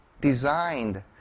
designed